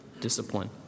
discipline